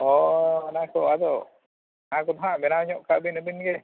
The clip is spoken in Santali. ᱦᱳᱭ ᱚᱱᱟ ᱠᱚ ᱟᱫᱚ ᱚᱱᱟ ᱠᱚᱫᱚ ᱱᱟᱦᱟᱜ ᱵᱮᱱᱟᱣ ᱧᱚᱜ ᱠᱟᱜ ᱵᱮᱱ ᱟᱹᱵᱤᱱ ᱜᱮ